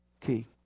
key